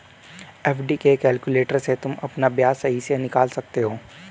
FD calculator से तुम अपना ब्याज सही से निकाल सकते हो